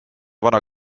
vana